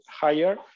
higher